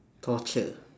torture